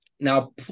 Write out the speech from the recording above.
Now